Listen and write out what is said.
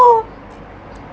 !wah!